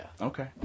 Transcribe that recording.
Okay